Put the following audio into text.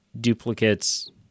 duplicates